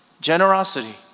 generosity